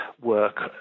work